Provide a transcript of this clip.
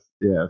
yes